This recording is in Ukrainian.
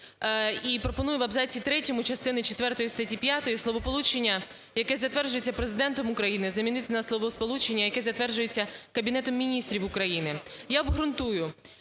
і пропоную в абзаці 3 частини четвертої статті 5 словосполучення "яке затверджується Президентом України" замінити на словосполучення "яке затверджується Кабінетом Міністрів України". Я обґрунтую.